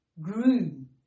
groom